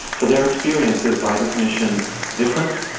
so their experience is by definition different.